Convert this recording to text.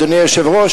אדוני היושב-ראש,